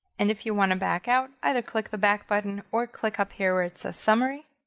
and if you want to back out, either click the back button or click up here where it's a summary.